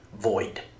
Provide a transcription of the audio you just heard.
void